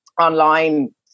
online